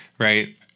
Right